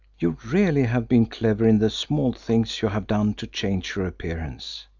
you really have been clever in the small things you have done to change your appearance.